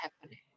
happening